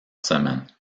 semaine